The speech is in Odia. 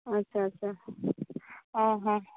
ଆଚ୍ଛା ଆଚ୍ଛା ଅ ହଁ